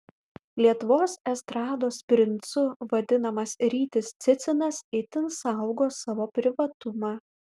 lietuvos estrados princu vadinamas rytis cicinas itin saugo savo privatumą